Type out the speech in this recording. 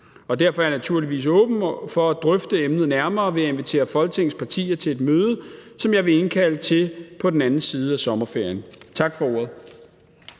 derfor er jeg naturligvis åben for at drøfte emnet nærmere ved at invitere Folketingets partier til et møde, som jeg vil indkalde til på den anden side af sommerferien. Tak for ordet.